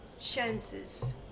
chances